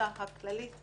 שהיא האפוטרופסית הכללית,